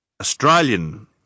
Australian